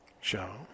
show